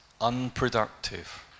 unproductive